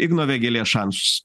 igno vėgėlės šansus